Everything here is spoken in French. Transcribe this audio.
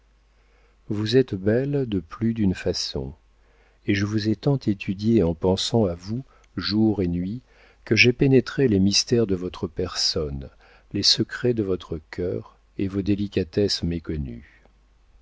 vous êtes belle de plus d'une façon et je vous ai tant étudiée en pensant à vous jour et nuit que j'ai pénétré les mystères de votre personne les secrets de votre cœur et vos délicatesses méconnues